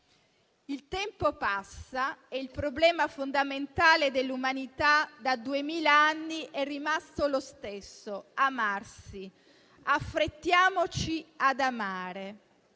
il tempo passa e il problema fondamentale dell'umanità da duemila anni è rimasto lo stesso: amarsi. Affrettiamoci ad amare